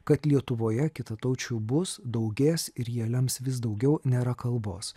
kad lietuvoje kitataučių bus daugės ir jie lems vis daugiau nėra kalbos